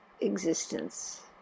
existence